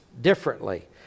differently